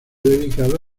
dedicado